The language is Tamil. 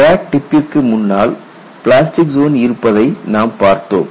கிராக் டிப்பிற்கு முன்னால் பிளாஸ்டிக் ஜோன் இருப்பதை நாம் பார்த்தோம்